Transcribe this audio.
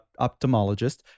optometrist